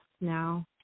now